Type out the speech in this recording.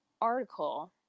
article